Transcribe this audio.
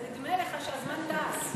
אז נדמה לך שהזמן טס.